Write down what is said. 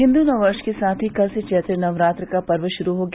हिन्दु नववर्ष के साथ ही कल से चैत्र नवरात्र का पर्व शुरू हो गया